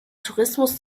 tourismus